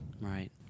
Right